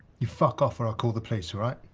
you fuck off, or i'll call the police, all right?